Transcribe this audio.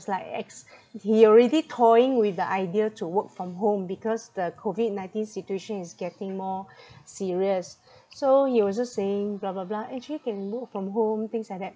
like ex~ he already toying with the idea to work from home because the COVID nineteen situation is getting more serious so he was just saying blah blah blah actually can work from home things like that